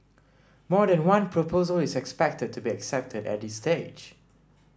more than one proposal is expected to be accepted at this stage